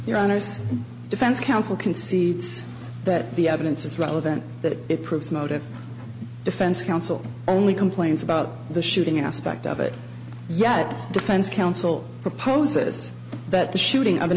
your honour's defense counsel concedes but the evidence is relevant that it proves motive defense counsel only complains about the shooting aspect of it yet a defense counsel proposes but the shooting of an